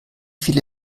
viele